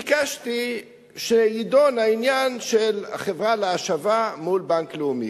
ביקשתי שיידון העניין של החברה להשבה מול בנק לאומי.